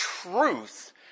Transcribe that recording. truth